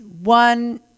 One